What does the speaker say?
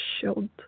shield